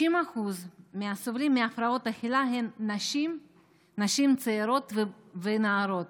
90% מהסובלים מהפרעות אכילה הם נשים צעירות ונערות.